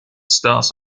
starts